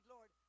Lord